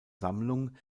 sammlung